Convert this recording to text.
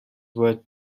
worth